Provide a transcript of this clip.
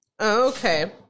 Okay